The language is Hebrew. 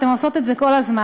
אתן עושות את זה כל הזמן,